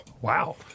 Wow